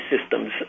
systems